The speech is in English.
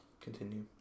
Continue